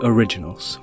Originals